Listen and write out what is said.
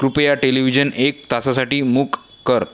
कृपया टेलिव्हिजन एक तासासाठी मूक कर